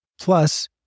Plus